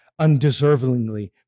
undeservingly